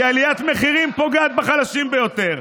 כי עליית מחירים פוגעת בחלשים ביותר.